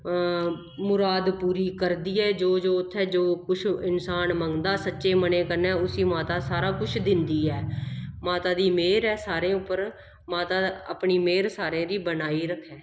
मुराद पूरी करदी ऐ जो जो उत्थें दो कुछ इंसान मंगदा सच्चे मनै कन्नै उसी माता सारा कुछ दिंदी ऐ माता दी मेह्र ऐ सारें उप्पर माता अपनी मेह्र सारें दी बनाई रक्खै